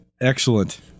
Excellent